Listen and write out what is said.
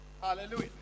Hallelujah